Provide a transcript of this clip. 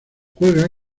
juega